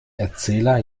erzähler